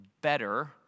better